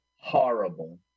Horrible